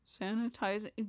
Sanitizing